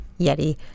Yeti